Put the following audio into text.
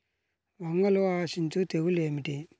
వంగలో ఆశించు తెగులు ఏమిటి?